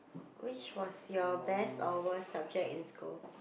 which was your best or worst subject in school